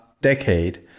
decade